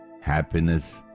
happiness